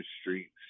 streets